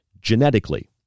Genetically